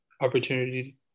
opportunity